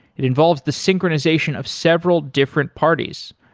it involves the synchronization of several different parties.